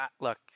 Look